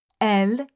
El